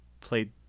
played